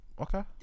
Okay